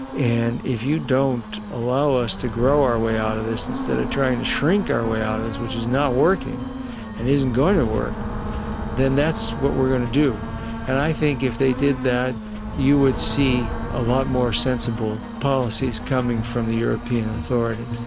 and if you don't allow us to grow our way out of this instead of trying to shrink our way out of this, which is not working and isn't going to work then that's what we're going to do. and i think if they did that you would see a lot more sensible policies coming from the european authorities.